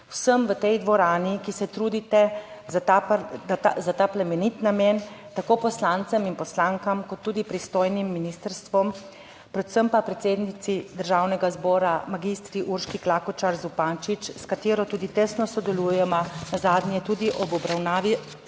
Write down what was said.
vsem v tej dvorani, ki se trudite za ta plemenit namen, tako poslancem in poslankam kot tudi pristojnim ministrstvom, predvsem pa predsednici Državnega zbora mag. Urški Klakočar Zupančič, s katero tudi tesno sodelujeva, nazadnje tudi ob obravnavi